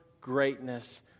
greatness